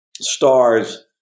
stars